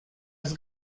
els